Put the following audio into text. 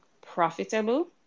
profitable